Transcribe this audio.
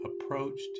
approached